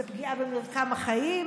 זה פגיעה במרקם החיים,